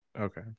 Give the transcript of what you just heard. Okay